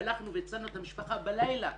והלכנו והצלנו את המשפחה בלילה,